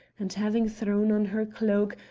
and, having thrown on her cloak,